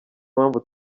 mpamvu